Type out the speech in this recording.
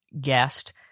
guest